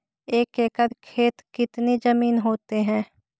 एक एकड़ खेत कितनी जमीन होते हैं?